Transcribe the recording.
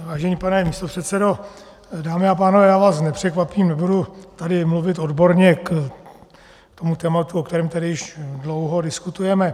Vážený pane místopředsedo, dámy a pánové, já vás nepřekvapím, nebudu tady mluvit odborně k tomu tématu, o kterém tady již dlouho diskutujeme.